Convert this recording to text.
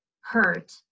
hurt